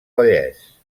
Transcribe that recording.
vallès